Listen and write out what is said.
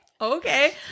okay